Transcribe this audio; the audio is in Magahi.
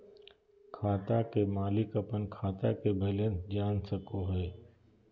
खाता के मालिक अपन खाता के बैलेंस जान सको हय